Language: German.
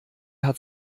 hat